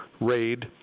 raid